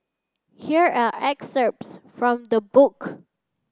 here are excerpts from the book